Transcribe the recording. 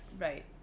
right